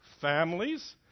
families